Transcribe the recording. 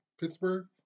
Pittsburgh